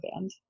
band